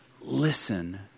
Listen